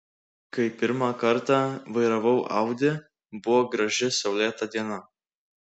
kai pirmą kartą vairavau audi buvo graži saulėta diena